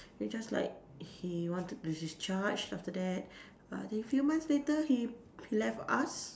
he just like he wanted to discharge after that a few months later he he left us